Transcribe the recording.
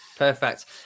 Perfect